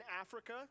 Africa